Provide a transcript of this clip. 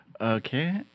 Okay